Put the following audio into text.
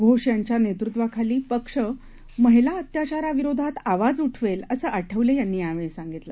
घोष यांच्या नेतृत्वाखाली पक्ष महिला अत्याचाराविरोधात आवाज उठवेल असं आठवले यांनी यावेळी सांगितलं